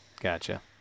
Gotcha